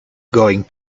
going